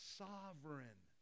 sovereign